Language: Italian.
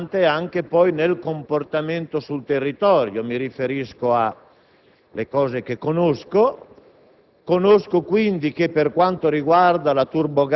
perché la contraddizione è lampante anche nel comportamento sul territorio: mi riferisco alle questioni che